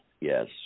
yes